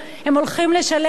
הם הולכים לשלם עכשיו,